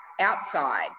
Outside